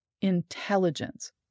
intelligence